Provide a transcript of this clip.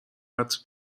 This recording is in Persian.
عطر